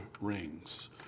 rings